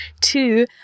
Two